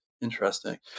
interesting